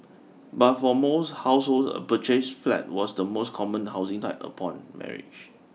but for most households a purchased flat was the most common housing type upon marriage